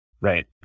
Right